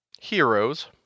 heroes